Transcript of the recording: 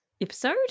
episode